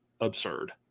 absurd